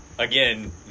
Again